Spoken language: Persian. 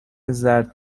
زرد